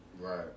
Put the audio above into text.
Right